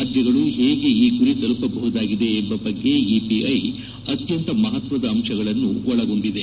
ರಾಜ್ಯಗಳು ಹೇಗೆ ಈ ಗುರಿ ತಲುಪಬಹುದಾಗಿದೆ ಎಂಬ ಬಗ್ಗೆ ಇಪಿಐ ಅತ್ಯಂತ ಮಹತ್ವದ ಅಂಶಗಳನ್ನು ಒಳಗೊಂಡಿದೆ